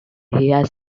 has